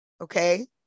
okay